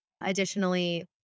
additionally